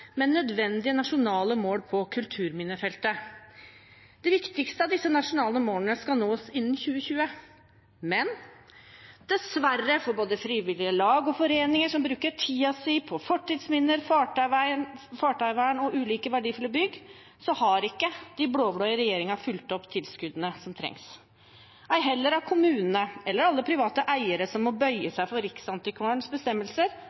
men nødvendige nasjonale mål på kulturminnefeltet. De viktigste av disse nasjonale målene skal nås innen 2020, men dessverre for både frivillige lag og foreninger som bruker tiden sin på fortidsminner, fartøyvern og ulike verdifulle bygg, har ikke den blå-blå regjeringen fulgt opp tilskuddene som trengs, ei heller har kommunene eller alle private eiere som må bøye seg for Riksantikvarens bestemmelser,